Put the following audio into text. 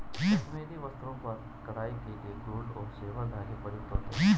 कश्मीरी वस्त्रों पर कढ़ाई के लिए गोल्ड और सिल्वर धागे प्रयुक्त होते हैं